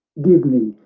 give me,